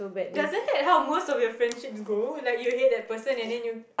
doesn't that how most of your friendships go like you hate that person and then you